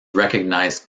recognized